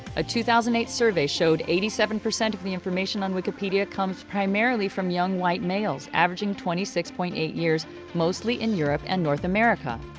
a two thousand and eight survey showed eighty seven percent of the information on wikipedia comes primarily from young white males averaging twenty six point eight years mostly in europe and north america.